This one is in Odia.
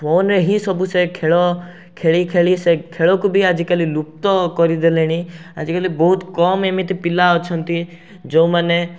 ଫୋନ୍ରେ ହି ସବୁ ସେ ଖେଳ ଖେଳିଖେଳି ସେ ଖେଳକୁ ବି ଆଜିକାଲି ଲୁପ୍ତ କରିଦେଲେଣି ଆଜିକାଲି ବହୁତ କମ୍ ଏମିତି ପିଲା ଅଛନ୍ତି ଯେଉଁମାନେ